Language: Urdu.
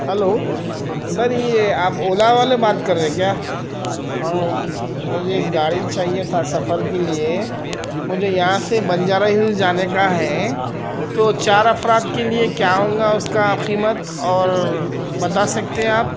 ہیلو سر یہ آپ اولا والے بات کر رہے ہیں کیا مجھے ایک گاڑی چاہیے تھا سفر کے لیے مجھے یہاں سے بنجارہ ہلز جانے کا ہے تو چار افراد کے لیے کیا ہوں گا اس کا قیمت اور بتا سکتے ہیں آپ